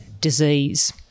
disease